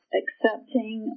accepting